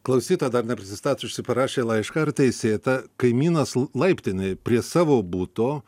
klausytoja dar neprisistačiusi parašė laišką ar teisėta kaimynas laiptinėj prie savo buto